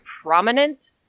prominent